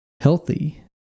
healthy